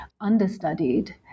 understudied